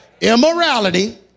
Immorality